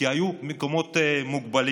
כי היו מקומות מוגבלים.